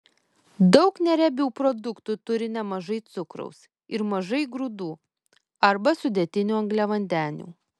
daug neriebių produktų turi nemažai cukraus ir mažai grūdų arba sudėtinių angliavandenių